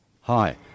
Hi